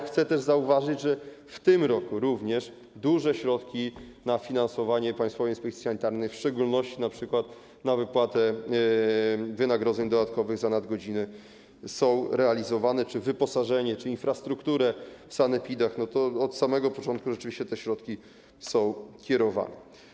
Chcę też zauważyć, że w tym roku również duże środki na finansowanie Państwowej Inspekcji Sanitarnej, w szczególności np. na wypłatę wynagrodzeń dodatkowych za nadgodziny, są realizowane, na wyposażenie czy na infrastrukturę w sanepidach, od samego początku te środki są tam kierowane.